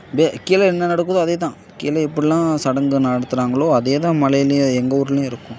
பே கீழே என்ன நடக்குதோ அதே தான் கீழே எப்புடில்லாம் சடங்கு நடத்துகிறாங்களோ அதே தான் மலையிலேயும் எங்கள் ஊர்லேயும் இருக்கும்